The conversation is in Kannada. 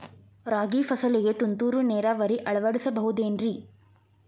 ರಾಗಿ ಫಸಲಿಗೆ ತುಂತುರು ನೇರಾವರಿ ಅಳವಡಿಸಬಹುದೇನ್ರಿ?